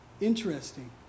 Interesting